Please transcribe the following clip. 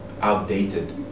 outdated